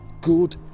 Good